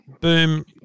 boom